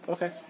Okay